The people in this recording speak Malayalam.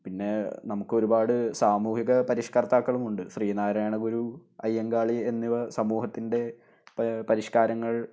പിന്നെ നമുക്കൊരുപാട് സാമുഹിക പരിഷ്കര്ത്താക്കളുമുണ്ട് ശ്രീനാരായണ ഗുരൂ അയ്യങ്കാളീ എന്നിവര് സമൂഹത്തിന്റെ പരിഷ്കാരങ്ങള്